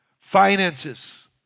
Finances